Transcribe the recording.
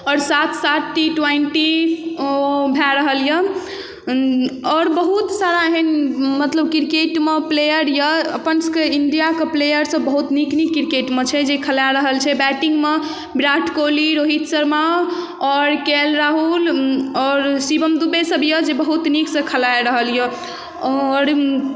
आओर साथ साथ टी ट्वेन्टी अऽ भए रहल यऽ आओर बहुत सारा एहन मतलब क्रिकेटमे प्लेयर यऽ अपन सभके इण्डिया के प्लेयर सभ बहुत नीक नीक क्रिकेटमे छै जे खेला रहल छै जे बैटिंगमे विराट कोहली रोहित शर्मा आओर के एल राहुल आओर शिवम दुबे सभ यऽ जे बहुत नीकसँ खेलै रहल यऽ आओर